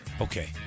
Okay